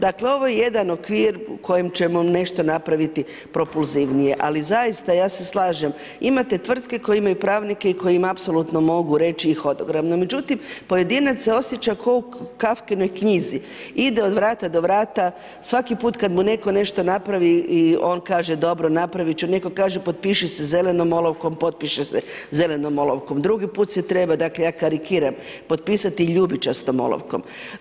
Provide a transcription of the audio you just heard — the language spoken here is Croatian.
Dakle, ovo je jedan okvir u kojem ćemo nešto napraviti propulzivnije ali zaista ja se slažem, imate tvrtke koje imaju pravnike i koji apsolutno mogu reći … međutim pojedinac se osjeća kao u Kafkinoj knjizi, ide od vrata do vrata, svaki put kad mu netko nešto napravi i on kaže „dobro, napravit ću“, netko kaže “potpiši se zelenom olovkom“, potpiše se zelenom olovkom, drugi put se treba, ja karikiram, potpisati ljubičastom olovkom.